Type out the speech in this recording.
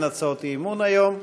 אין הצעות אי-אמון היום.